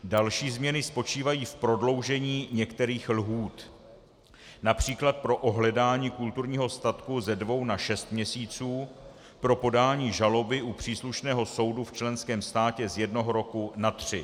Další změny spočívají v prodloužení některých lhůt, například pro ohledání kulturního statku ze dvou na šest měsíců, pro podání žaloby u příslušného soudu v členském státě z jednoho roku na tři.